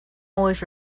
always